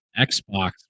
Xbox